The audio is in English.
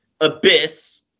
Abyss